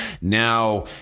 now